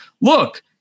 look